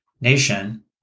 nation